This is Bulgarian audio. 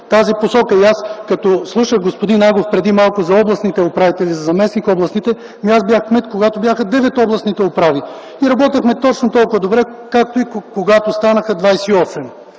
тази посока. Аз като слушах господин Агов преди малко за областните управители и за заместник-областните, и аз бях кмет, когато областните управители бяха 9, и работехме точно толкова добре, както и когато станаха 28.